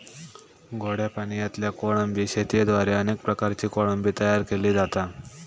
गोड्या पाणयातल्या कोळंबी शेतयेद्वारे अनेक प्रकारची कोळंबी तयार केली जाता